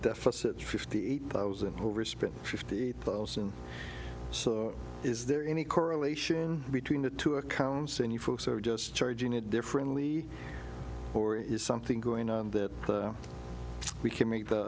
deficit fifty eight thousand overspent fifty thousand so is there any correlation between the two accounts and you folks are just charging it differently or is something going on that we can make